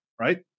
right